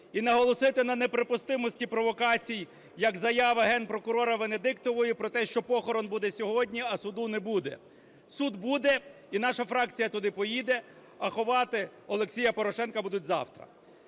і наголосити на неприпустимості провокацій. Як заява Генпрокурора Венедіктової про те, що похорон буде сьогодні, а суду не буде. Суд буде. І наша фракція туди поїде. А ховати Олексія Порошенка будуть завтра.